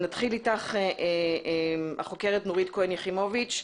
איתך, החוקרת נורית כהן יחימוביץ'.